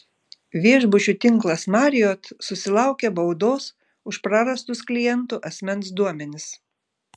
viešbučių tinklas marriott susilaukė baudos už prarastus klientų asmens duomenis